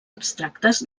abstractes